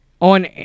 on